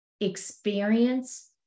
experience